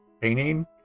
painting